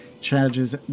charges